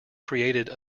created